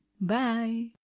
Bye